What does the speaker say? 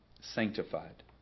sanctified